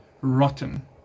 rotten